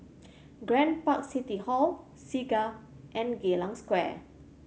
Grand Park City Hall Segar and Geylang Square